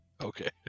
Okay